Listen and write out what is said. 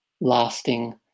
lasting